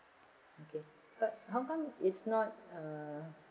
okay but how come is not err